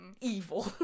Evil